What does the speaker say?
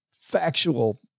factual